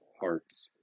hearts